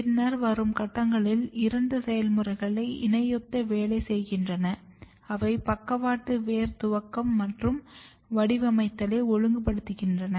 பின்னர் வரும் கட்டங்களில் இரண்டு செயல்முறைகள் இணையொத்து வேலை செய்கின்றன அவை பக்கவாட்டு வேர் துவக்கம் மற்றும் வடிவமைத்தலை ஒழுங்குபடுத்துகின்றன